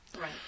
Right